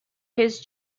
his